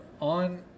on